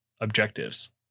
objectives